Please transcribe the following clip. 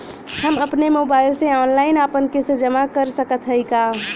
हम अपने मोबाइल से ऑनलाइन आपन किस्त जमा कर सकत हई का?